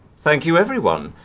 thank you everyone,